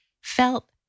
felt